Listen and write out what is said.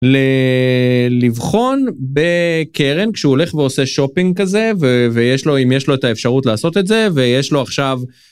ל...לבחון ב...קרן, כשהוא הולך ועושה שופינג כזה, ו-ויש לו- אם יש לו את האפשרות לעשות את זה, ויש לו עכשיו,